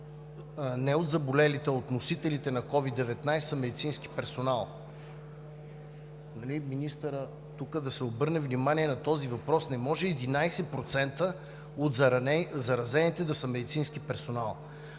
не от заболелите, а от носителите на COVID-19 са медицински персонал. Министърът е тук – да се обърне внимание на този въпрос. Не може 11% от заразените да са медицински персонал!